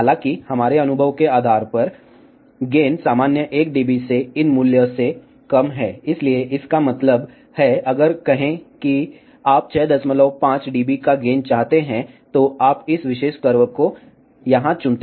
हालांकि हमारे अनुभव के आधार पर गेन सामान्य 1 डीबी में इन मूल्य से कम है इसलिए इसका मतलब है अगर कहे की आप 65 डीबी का गेन चाहते हैं तो आप इस विशेष कर्व को यहां चुनते हैं